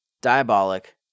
Diabolic